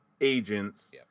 agents